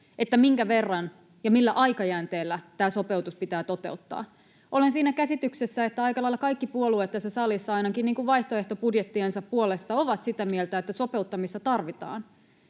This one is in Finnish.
että minkä verran ja millä aikajänteellä tämä sopeutus pitää toteuttaa. Olen siinä käsityksessä, että aika lailla kaikki puolueet tässä salissa ainakin vaihtoehtobudjettiensa puolesta ovat sitä mieltä, että sopeuttamista tarvitaan.